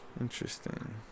Interesting